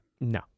No